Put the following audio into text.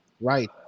Right